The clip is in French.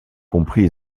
comprise